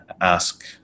ask